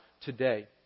today